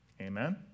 Amen